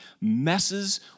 messes